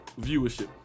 viewership